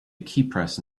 keypress